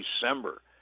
december